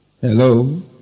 Hello